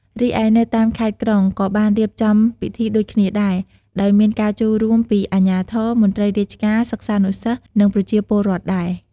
រីឯនៅតាមខេត្តក្រុង ក៏បានរៀបចំពិធីដូចគ្នាដែរ ដោយមានការចូលរួមពីអាជ្ញាធរ មន្ត្រីរាជការ សិស្សានុសិស្ស និងប្រជាពលរដ្ឋ ដែរ។